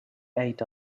ate